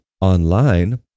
online